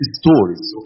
stories